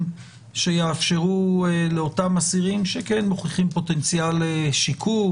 שיאפשרו לאותם אסירים שמוכחים פוטנציאל שיקום,